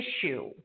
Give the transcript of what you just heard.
issue